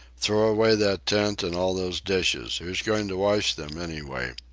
throw away that tent, and all those dishes who's going to wash them, anyway?